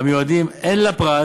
המיועדים הן לפרט